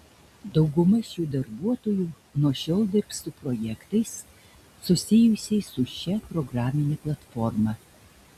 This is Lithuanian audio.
dauguma šių darbuotojų nuo šiol dirbs su projektais susijusiais su šia programine platforma